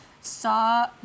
saw